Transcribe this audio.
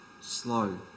slow